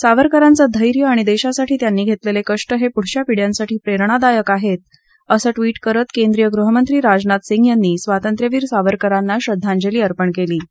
सावरकरांचं धैर्य आणि देशासाठी त्यांनी घेतलेले कष्ट हे पुढील पिढ्यांसाठी प्रेरणादायक आहेत असं ट्विट करत केंद्रीय गृहमंत्री राजनाथ सिंग यांनी स्वातंत्र्यवीर सावरकरांना श्रद्धांजली वाहिली आहे